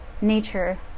nature